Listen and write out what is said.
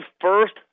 first